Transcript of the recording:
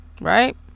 right